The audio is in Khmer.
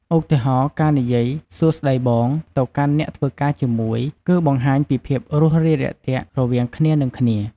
ឧទាហណ៍ ការនិយាយ «សួស្ដីបង» ទៅកាន់អ្នកធ្វើការជាមួយ គឺបង្ហាញពីភាពរួសរាយរាក់ទាក់រវាងគ្នានិងគ្នា។